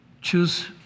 Choose